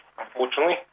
unfortunately